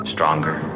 Stronger